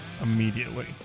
immediately